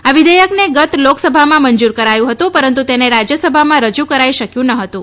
આ વિધેયકને ગત લોકસભામાં મંજૂર કરાયું હતું પરંતુ તેને રાજ્યસભામાં રજૂ કરાઈ શક્યું ન હતું